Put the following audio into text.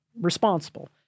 responsible